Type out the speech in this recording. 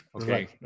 Okay